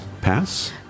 pass